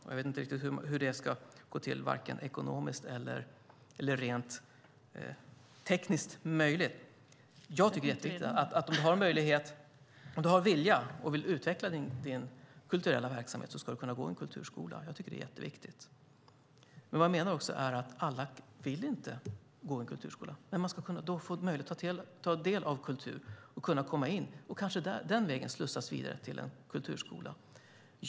Jag vet inte riktigt hur det ska gå till ekonomiskt eller hur det ska vara tekniskt möjligt. Jag tycker att det är mycket viktigt att om man vill utveckla sin kulturella verksamhet ska man kunna gå i en kulturskola. Det är mycket viktigt. Men jag menar att alla inte vill gå i en kulturskola. Men alla ska ha möjlighet att ta del av kultur och komma in och kanske den vägen slussas vidare till en kulturskola.